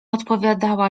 odpowiadała